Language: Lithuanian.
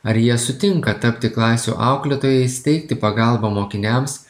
ar jie sutinka tapti klasių auklėtojais teikti pagalbą mokiniams